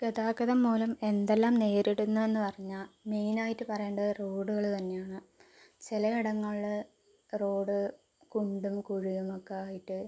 ഗതാഗതം മൂലം എന്തെല്ലാം നേരിടുന്നു എന്ന് പറഞ്ഞാൽ മെയിനായിട്ട് പറയേണ്ടത് റോഡുകൾ തന്നെയാണ് ചിലയിടങ്ങളിൽ റോഡ് കുണ്ടും കുഴിയും ഒക്കെ ആയിട്ട്